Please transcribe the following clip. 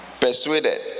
persuaded